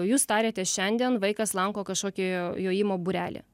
jūs tariatės šiandien vaikas lanko kažkokį jojimo būrelį